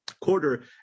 quarter